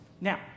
Now